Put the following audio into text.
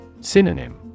Synonym